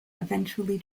eventually